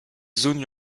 zones